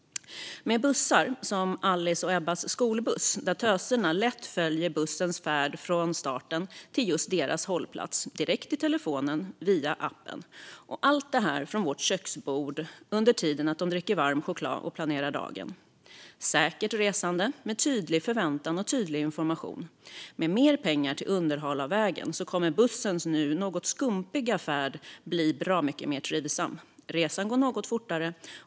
Vi kan ta Alice och Ebbas skolbuss som exempel. Töserna följer lätt bussens färd från starten till just deras hållplats, direkt i telefonen via appen - och allt detta från vårt köksbord samtidigt som de dricker varm choklad och planerar dagen. Det är ett säkert resande, med tydlig förväntan och tydlig information. Med mer pengar till underhåll av vägen kommer bussens nu något skumpiga färd att bli bra mycket mer trivsam och resan gå något fortare.